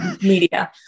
media